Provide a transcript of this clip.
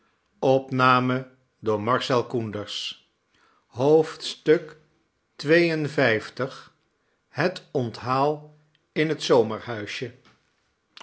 het onthaal in het